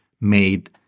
made